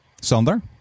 Sander